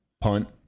Punt